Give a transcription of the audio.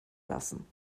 lassen